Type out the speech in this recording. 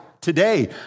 today